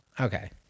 okay